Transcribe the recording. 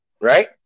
right